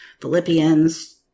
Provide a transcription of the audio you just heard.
Philippians